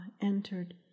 entered